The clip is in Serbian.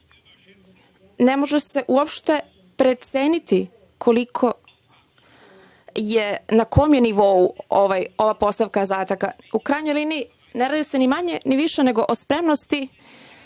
može se uopšte proceniti na kom je nivou ova postavka zadataka. U krajnjoj liniji, ne radi se ni manje ni više nego o spremnosti